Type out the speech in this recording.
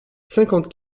cinquante